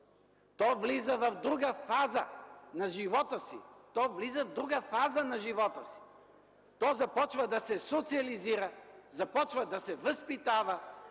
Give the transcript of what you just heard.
То влиза в друга фаза на живота си – то започва да се социализира, започва да се възпитава.